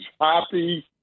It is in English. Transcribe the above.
happy